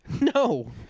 No